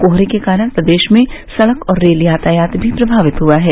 कोहरे के कारण प्रदेश में सड़क और रेल यातायात भी प्रभावित हुआ है